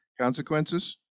Consequences